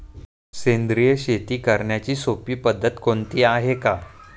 सेंद्रिय शेती करण्याची सोपी पद्धत कोणती आहे का?